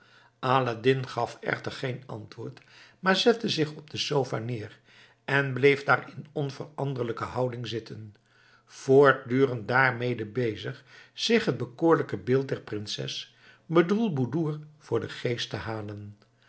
aladdin gaf echter geen antwoord maar zette zich op de sofa neer en bleef daar in onveranderlijke houding zitten voortdurend daarmede bezig zich het bekoorlijke beeld der prinses bedroelboedoer voor den geest te halen